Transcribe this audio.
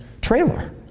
trailer